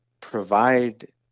provide